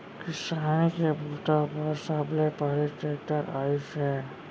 किसानी के बूता बर सबले पहिली टेक्टर आइस हे